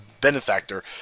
benefactor